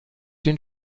den